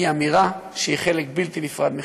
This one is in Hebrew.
היא אמירה שהיא חלק בלתי נפרד מחיינו.